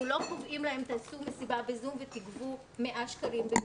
אנחנו לא קובעים להם לעשות מסיבה ב-זום ושיגבו 100 שקלים.